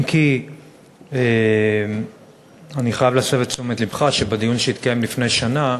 אם כי אני חייב להסב את תשומת לבך לכך שבדיון שהתקיים לפני שנה,